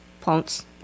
Plants